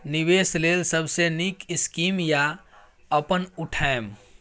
निवेश लेल सबसे नींक स्कीम की या अपन उठैम?